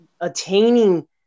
attaining